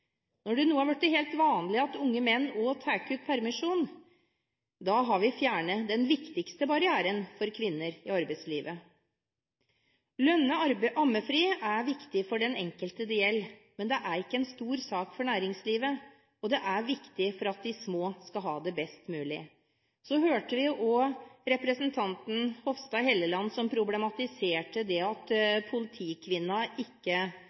Når det nå er blitt helt vanlig at unge menn også tar ut permisjon, har vi fjernet den viktigste barrieren for kvinner i arbeidslivet. Lønnet ammefri er viktig for den enkelte det gjelder, men det er ikke er en stor sak for næringslivet. Og det er viktig for at de små skal ha det best mulig. Vi hørte også representanten Hofstad Helleland som problematiserte det at politikvinnen ikke